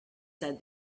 said